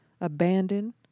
abandoned